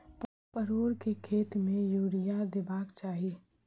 परोर केँ खेत मे यूरिया देबाक चही?